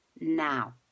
now